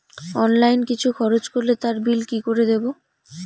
Online কিছু খরচ করলে তার বিল কি করে দেবো?